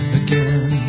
again